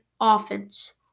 offense